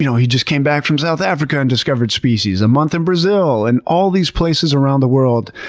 you know he just came back from south africa and discovered species, a month in brazil, and all these places around the world.